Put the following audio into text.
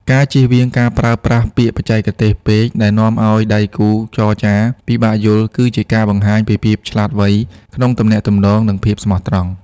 ការជៀសវាងការប្រើប្រាស់ពាក្យបច្ចេកទេសពេកដែលនាំឱ្យដៃគូចរចាពិបាកយល់ គឺជាការបង្ហាញពីភាពឆ្លាតវៃក្នុងទំនាក់ទំនង និងភាពស្មោះត្រង់។